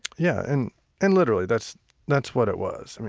yeah and and literally that's that's what it was.